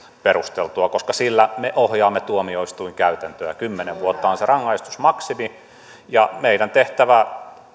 perusteltua koska sillä me ohjaamme tuomioistuinkäytäntöä kymmenen vuotta on se rangaistusmaksimi ja meidän tehtävämme